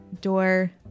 door